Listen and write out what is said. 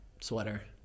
sweater